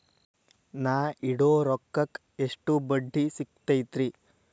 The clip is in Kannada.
ನಾ ಇಡೋ ರೊಕ್ಕಕ್ ಎಷ್ಟ ಬಡ್ಡಿ ಸಿಕ್ತೈತ್ರಿ?